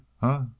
huh